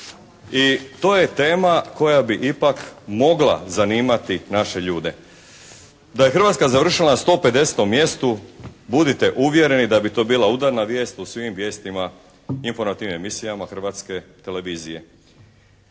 I to je tema koja bi ipak mogla zanimati naše ljude. Da je Hrvatska završila na 150.-tom mjestu budite uvjereni da bi to bila udarna vijest u svim vijestima, informativnim emisijama Hrvatske televizije.